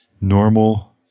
normal